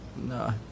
No